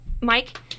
Mike